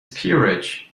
peerage